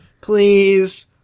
please